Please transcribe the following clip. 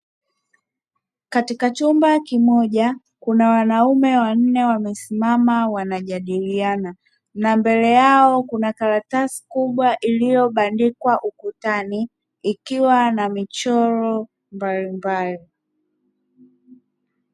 Katika chumba kimoja kuna wanaume wanne wamesimama wanajadiliana, na mbele yao kuna karatasi kubwa iliyobandikwa ukutani ikiwa na michoro mbalimbali.